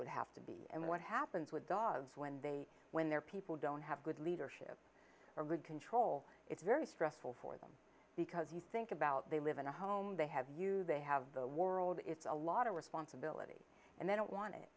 would have to be and what happens with dogs when they when they're people don't have good leadership or regain troll it's very stressful for them because you think about they live in a home they have you they have the world it's a lot of responsibility and they don't want it